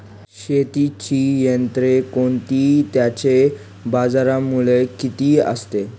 शेतीची यंत्रे कोणती? त्याचे बाजारमूल्य किती असते?